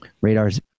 Radar's